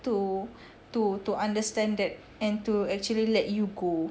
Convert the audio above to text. to to to understand that and to actually let you go